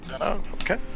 Okay